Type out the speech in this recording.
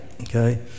Okay